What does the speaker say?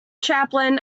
chaplain